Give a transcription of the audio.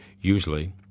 Usually